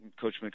Coach